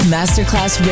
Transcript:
Masterclass